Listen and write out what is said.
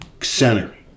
center